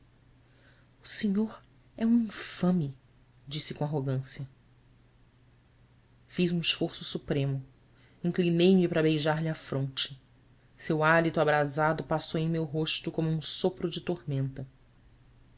o senhor é um infame disse com arrogância fiz um esforço supremo inclinei-me para beijar-lhe a fronte seu hálito abrasado passou em meu rosto como um sopro de tormenta